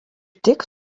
tik